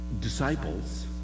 disciples